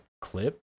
clip